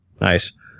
Nice